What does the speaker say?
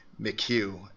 McHugh